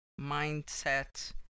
mindset